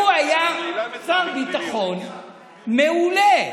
הוא היה שר ביטחון מעולה.